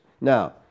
Now